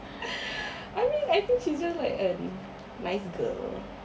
I mean I think she's just like a nice girl